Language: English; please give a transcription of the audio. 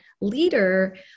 leader